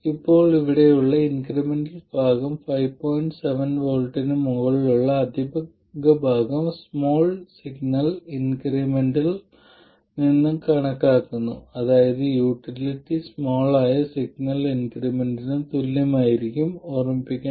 അപ്പോൾ നിങ്ങൾ എന്തുചെയ്യും ഈ ഗ്രാഫിൽ V10 എവിടെയാണെന്ന് നിങ്ങൾ നോക്കി V1 ന് അനുയോജ്യമായ കർവും ആ ഘട്ടത്തിൽ y11 ന് തുല്യമായ സ്ലോപ്പും തിരഞ്ഞെടുക്കുക